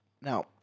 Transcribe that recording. Now